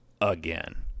again